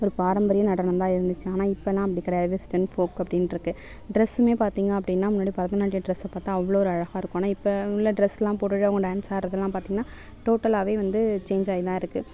ஒரு பாரம்பரிய நடனம்தான் இருந்துச்சு ஆனால் இப்பெல்லாம் அப்படி கிடையாது வெஸ்டன் ஃபோக்கு அப்படின்ருக்கு டிரஸ்சுமே பார்த்திங்க அப்படினா முன்னாடி பரதநாட்டிய டிரஸ்சு பார்த்தா அவ்வளோ ஒரு அழகாக இருக்கும் ஆனால் இப்போ உள்ள டிரஸ்செலாம் போட்டுகிட்டு அவங்க டான்ஸ் ஆடுறதெல்லாம் பார்த்திங்கனா டோட்டல்லாகவே வந்து சேஞ் ஆகிதான் இருக்குது